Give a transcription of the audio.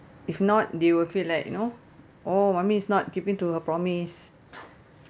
if not they will feel like you know oh mummy is not keeping to her promise